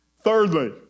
Thirdly